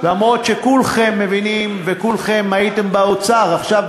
למרות שכולכם מבינים וכולכם הייתם באוצר עכשיו,